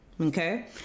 okay